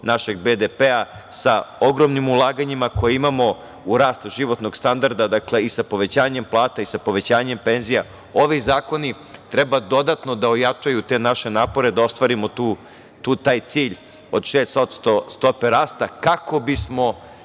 našeg BDP sa ogromnim ulaganjima koje imamo u rast životnog standarda i sa povećanjem plata i sa povećanjem penzija. Ovi zakoni trebaju dodatno da ojačaju te naše napore da ostvarimo taj cilj od 6% stope rasta, kako bismo